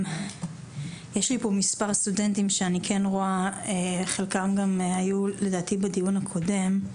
יש לי פה מספר סטודנטים שאני כן רואה חלקם גם היו לדעתי בדיון הקודם.